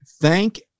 Thank